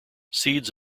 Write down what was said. seeds